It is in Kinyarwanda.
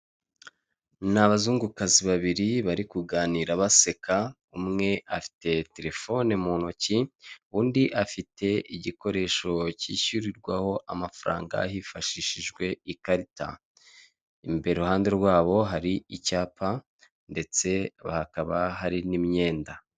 Ni abazungukazi babiri bari kuganira baseka, umwe afite telefone mu ntoki, undi afite igikoresho cyishyurirwaho amafaranga hifashishijwe ikarita. Imbere iruhande rwabo hari icyapa ndetse hakaba hari n'imyenda.